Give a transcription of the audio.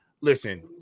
Listen